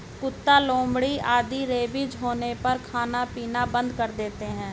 कुत्ता, लोमड़ी आदि रेबीज होने पर खाना पीना बंद कर देते हैं